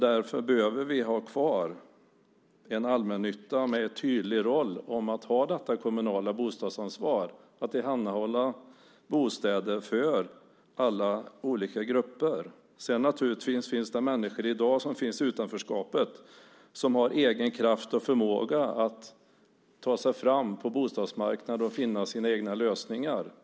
Därför behöver vi ha kvar en allmännytta med en tydlig roll i fråga om att man ska ha detta kommunala bostadsansvar att tillhandahålla bostäder för alla olika grupper. Sedan finns det naturligtvis människor i dag i utanförskapet som har egen kraft och förmåga att ta sig fram på bostadsmarknaden och finna sina egna lösningar.